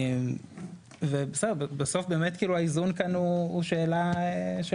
ובסוף באמת האיזון כאן הוא שאלה של